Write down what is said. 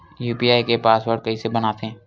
UPI के password कइसे बनाथे?